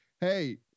Hey